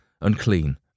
Unclean